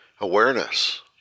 awareness